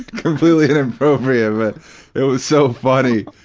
completely inappropriate, but it was so funny.